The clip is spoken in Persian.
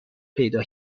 پیدا